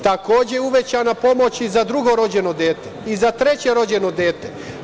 Takođe, uvećana je i pomoć za drugo rođeno dete, kao i za treće rođeno dete.